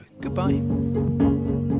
Goodbye